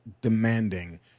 demanding